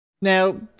Now